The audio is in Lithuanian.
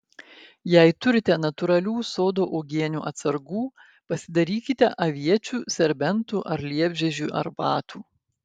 jei turite natūralių sodo uogienių atsargų pasidarykite aviečių serbentų ar liepžiedžių arbatų